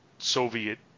soviet